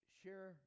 share